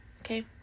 okay